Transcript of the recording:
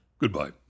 goodbye